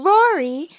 Rory